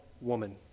woman